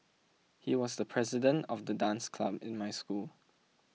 he was the president of the dance club in my school